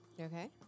Okay